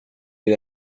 vid